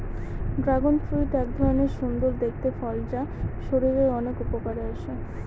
dragon fruit এক ধরনের সুন্দর দেখতে ফল যা শরীরের অনেক উপকারে আসে